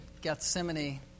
Gethsemane